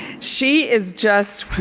she is just